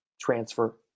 transfer